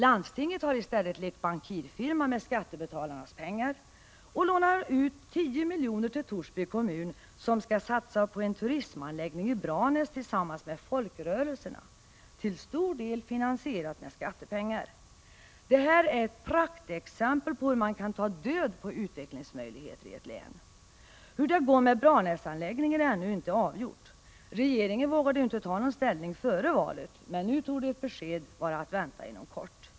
Landstinget har i stället lekt bankirfirma med skattebetalarnas pengar och lånar ut 10 miljoner till Torsby kommun, som skall satsa på en turistanläggningi Branäs tillsammans med ”folkrörelserna” — till stor del finansierad med skattepengar. Detta är ett praktexempel på hur man kan ta död på utvecklingsmöjligheter i ett län. Hur det går med Branäsanläggningen är ännu inte avgjort. Regeringen vågade ju inte ta ställning före valet, men nu torde ett besked vara att vänta inom kort.